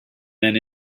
men